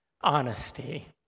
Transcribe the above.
honesty